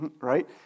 right